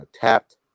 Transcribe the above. tapped